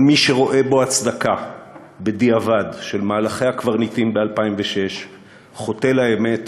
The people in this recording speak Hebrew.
אבל מי שרואה בו הצדקה בדיעבד של מהלכי הקברניטים ב-2006 חוטא לאמת,